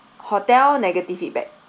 hotel negative feedback